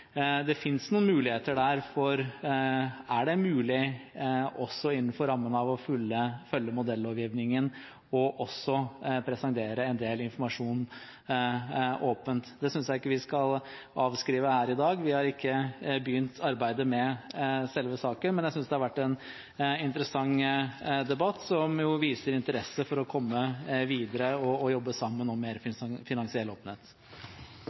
det finnes noen muligheter der. Er det mulig også innenfor rammen av å følge modellovgivningen å presentere en del informasjon åpent? Det synes jeg ikke vi skal avskrive her i dag. Vi har ikke begynt arbeidet med selve saken, men jeg synes det har vært en interessant debatt, som viser interesse for å komme videre og jobbe sammen om mer finansiell